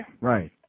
right